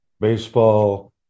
baseball